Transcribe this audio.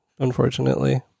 Unfortunately